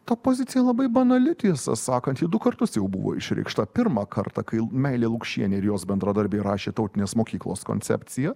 ta pozicija labai banali tiesą sakant ji du kartus jau buvo išreikšta pirmą kartą kai meilė lukšienė ir jos bendradarbiai rašė tautinės mokyklos koncepciją